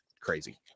crazy